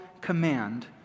command